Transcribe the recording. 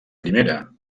primera